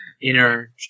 inner